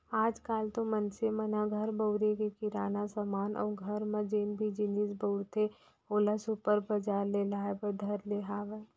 आज काल तो मनसे मन ह घर बउरे के किराना समान अउ घर म जेन भी जिनिस बउरथे ओला सुपर बजार ले लाय बर धर ले हावय